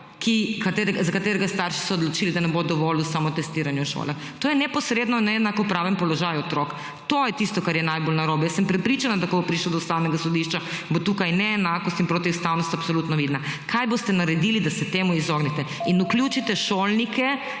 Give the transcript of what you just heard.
za katerega so se starši odločili, da ne bodo dovolili samotestiranje v šolah. To je neposredno neenakopraven položaj otroka. To je tisto, kar je najbolj narobe. Jaz sem prepričana, da ko bo prišlo do Ustavnega sodišča, bo tukaj neenakost in protiustavnost absolutno vidna. Kaj boste naredili, da se temu izognete in vključite šolnike.